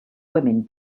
women